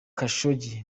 khashoggi